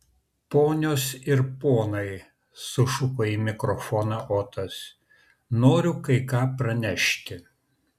ponios ir ponai sušuko į mikrofoną otas noriu kai ką pranešti